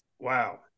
wow